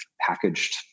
packaged